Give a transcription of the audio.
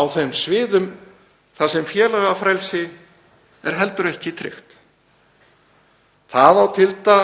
á þeim sviðum þar sem félagafrelsi er heldur ekki tryggt. Það á t.d.